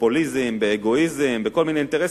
בפופוליזם ובאגואיזם ובכל מיני אינטרסים.